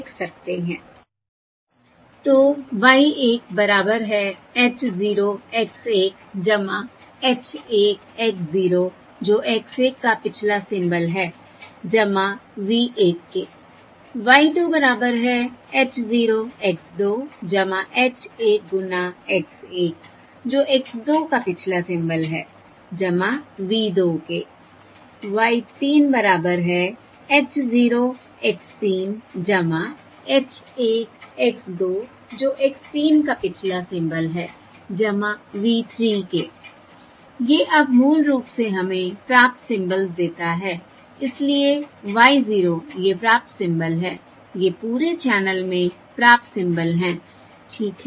तो y 1 बराबर है h 0 x 1 h 1 x 0 जो x 1 का पिछला सिंबल है v 1 के y 2 बराबर है h 0 x 2 h 1 गुना x 1 जो x 2 का पिछला सिंबल है v 2 के y 3 बराबर है h 0 x 3 h 1 x 2 जो x 3 का पिछला सिंबल है v 3 के I ये अब मूल रूप से हमें प्राप्त सिंबल्स देता है इसलिए y 0 ये प्राप्त सिंबल हैं ये पूरे चैनल में प्राप्त सिंबल हैं ठीक है